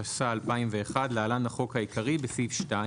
התשס"א-2001 (להלן החוק העקרי) בסעיף 2